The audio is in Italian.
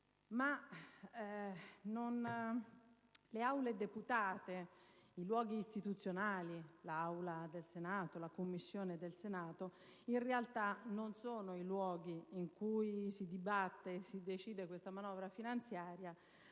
le aule deputate, i luoghi istituzionali, l'Aula del Senato e la Commissione bilancio del Senato, in realtà, non sono i luoghi in cui si dibatte e si decide questa manovra finanziaria,